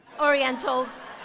Orientals